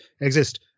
exist